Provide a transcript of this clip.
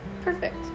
Perfect